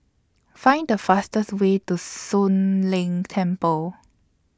Find The fastest Way to Soon Leng Temple